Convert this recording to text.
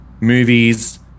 movies